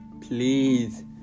please